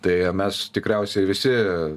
tai mes tikriausiai visi